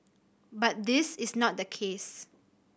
but this is not the case